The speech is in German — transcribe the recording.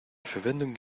verwendung